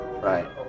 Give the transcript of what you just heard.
Right